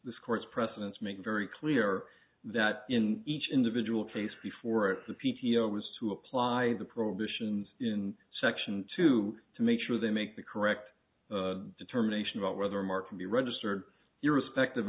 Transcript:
this court's precedents make very clear that in each individual case before the p t o was who apply the prohibitions in section two to make sure they make the correct determination about whether mark can be registered irrespective